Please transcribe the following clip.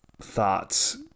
thoughts